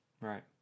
Right